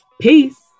Peace